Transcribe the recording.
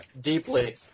Deeply